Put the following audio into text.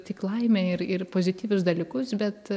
tik laimę ir ir pozityvius dalykus bet